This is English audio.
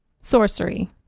sorcery